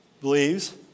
believes